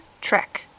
Trek